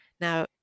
Now